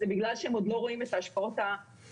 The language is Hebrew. זה בגלל שהם עוד לא רואים את ההשפעות הבריאותיות